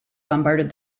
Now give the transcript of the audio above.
bombarded